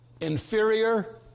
inferior